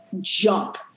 Jump